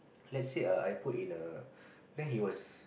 let's say (err)I put in err then he was